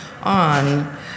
on